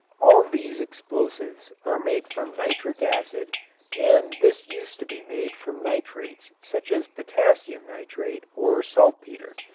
all these explosives are made from nitric acid and this used to be made from nitrates such as potassium nitrate or saltpeter.